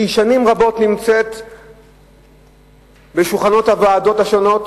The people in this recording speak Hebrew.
שנמצאת שנים רבות על שולחנות הוועדות השונות,